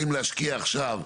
האם להשקיע עכשיו,